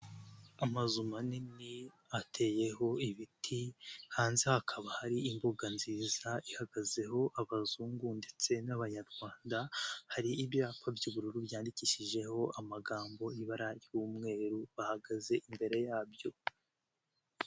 Amazu manini ateyeho ibiti ,hanze hakaba hari imbuga nziza ihagazeho abazungu ndetse n'abanyarwanda ,hari ibyapa by'ubururu byandikishijeho amagambo mu ibara ry'umweru, bahagaze imbere yabyo.